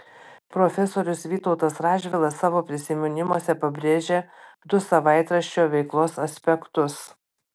profesorius vytautas radžvilas savo prisiminimuose pabrėžia du savaitraščio veiklos aspektus